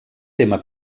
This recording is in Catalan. tema